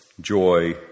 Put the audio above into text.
joy